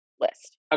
list